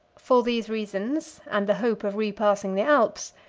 for these reasons, and the hope of repassing the alps,